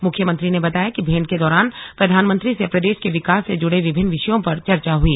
मुख्यमंत्री ने बताया कि भेंट के दौरान प्रधानमंत्री से प्रदेश के विकास से जुड़े विभिन्न विषयों पर चर्चा हुई